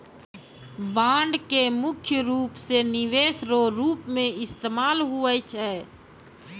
bond के मुख्य रूप से निवेश रो रूप मे इस्तेमाल हुवै छै